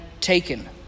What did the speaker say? taken